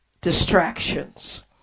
distractions